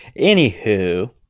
Anywho